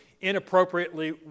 inappropriately